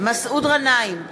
מסעוד גנאים,